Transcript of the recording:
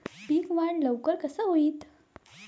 पीक वाढ लवकर कसा होईत?